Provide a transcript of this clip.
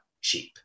cheap